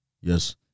yes